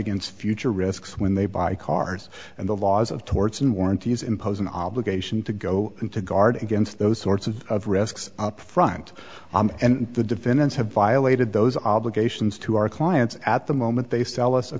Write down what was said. against future risks when they buy cars and the laws of torts in warranties impose an obligation to go in to guard against those sorts of risks up front and the defendants have violated those obligations to our clients at the moment they sell us a